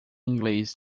inglês